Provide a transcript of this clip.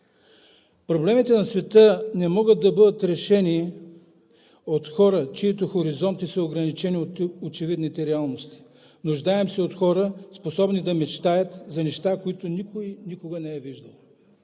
„Проблемите на света не могат да бъдат решени от хора, чиито хоризонти са ограничени от очевидните реалности. Нуждаем се от хора, способни да мечтаят за неща, които никой никога не е виждал.“